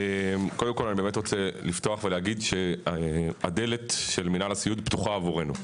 קודם כל אני באמת רוצה לפתוח ולהגיד שהדלת של מנהל הסיעוד פתוחה עבורנו,